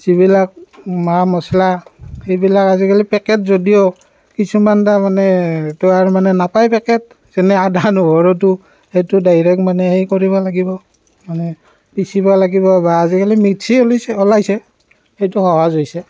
যিবিলাক মা মছলা সেইবিলাক আজিকালি পেকেট যদিও কিছুমান তাৰমানে এইটো তাৰমানে নাপায় পেকেট যেনে আদা নহৰুটো সেইটো ডাইৰেক্ট মানে হেৰি কৰিব লাগিব মানে পিচিব লাগিব বা আজিকালি মিক্সি ওলেইছে ওলাইছে সেইটো সহজ হৈছে